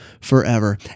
forever